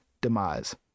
demise